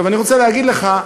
עכשיו, אני רוצה להגיד לך,